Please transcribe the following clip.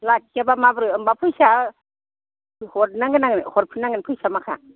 लाखियाब्ला माब्रै होमबा फैसा हरनांगोन आंनो हरफिन नांगोन फैसा माखा